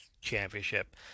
Championship